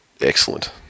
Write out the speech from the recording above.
excellent